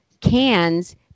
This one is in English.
cans